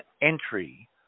entry